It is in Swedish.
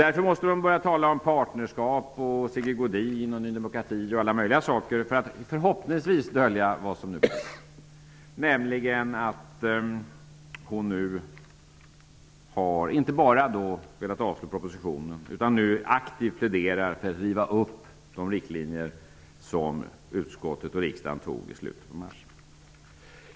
Därför måste hon börja tala om partnerskap, om Sigge Godin, om Ny demokrati och alla möjliga andra saker. Hon hoppas dölja vad som nu hänt, nämligen att hon inte bara har velat avstyrka propositionen utan också aktivt pläderar för att riva upp de riktlinjer som utskottet och riksdagen antog i slutet av mars.